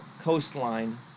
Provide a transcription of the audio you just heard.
coastline